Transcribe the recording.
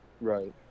Right